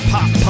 Pop